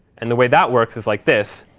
and the way that works is like this.